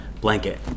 blanket